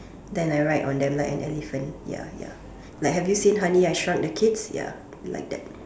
then I ride on them like an elephant ya ya like have you seen honey has struck the kids ya like that